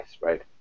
right